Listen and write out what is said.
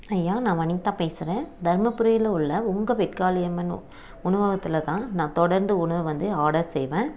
ஐயா நான் வனிதா பேசுகிறேன் தர்மபுரியில உள்ள உங்கள் வெட் காளியம்மன் உணவகத்தில் தான் நான் தொடர்ந்து உணவு வந்து ஆடர் செய்வேன்